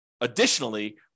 additionally